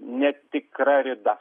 netikra rida